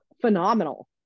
phenomenal